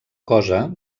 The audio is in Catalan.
cosa